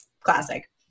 Classic